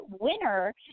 winner